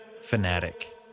fanatic